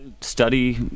study